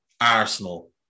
Arsenal